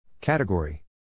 Category